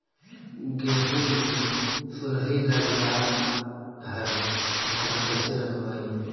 गेहू मे सुरही लग जाय है ओकरा कैसे रखबइ?